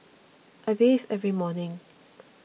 I bathe every morning